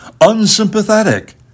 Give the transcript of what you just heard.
unsympathetic